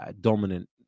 dominant